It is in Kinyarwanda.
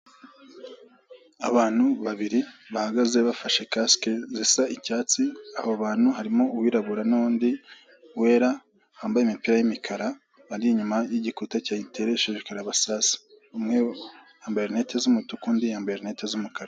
Abantu babiri bahagaze bafashe kasike zisa icyatsi, abo bantu harimo uwirabura n'undi wera, wambaye imipira y'imikara, bari inyuma y'igikuta giteresheje karabasasu, umwe yambaye rinete z'umutuku, undi yambaye rinete z'umukara.